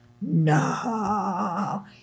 no